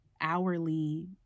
hourly